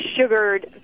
sugared